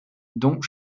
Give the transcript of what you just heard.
dont